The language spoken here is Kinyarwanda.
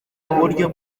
uburyo